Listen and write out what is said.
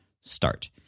start